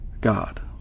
God